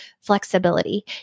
flexibility